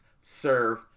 serve